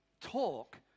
talk